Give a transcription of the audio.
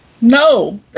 No